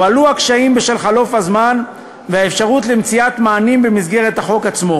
הועלו הקשיים בשל חלוף הזמן והאפשרות למצוא מענים במסגרת החוק עצמו.